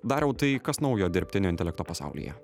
dariau tai kas naujo dirbtinio intelekto pasaulyje